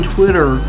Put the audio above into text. Twitter